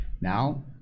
Now